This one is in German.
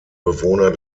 bewohner